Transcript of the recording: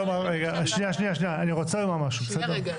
רגע,